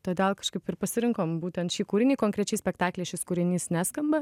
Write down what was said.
todėl kažkaip ir pasirinkom būtent šį kūrinį konkrečiai spektakly šis kūrinys neskamba